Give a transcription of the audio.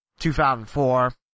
2004